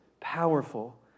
powerful